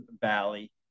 valley